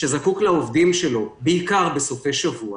שזקוק לעובדים שלו בעיקר בסופי שבוע,